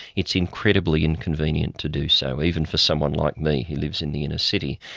it's incredibly inconvenient to do so, even for someone like me who lives in the inner city.